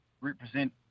represent